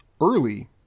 early